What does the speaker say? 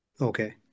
Okay